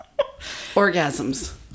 Orgasms